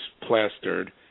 plastered